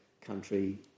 country